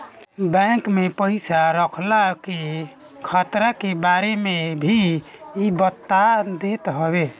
bank में पईसा रखला के खतरा के बारे में भी इ बता देत हवे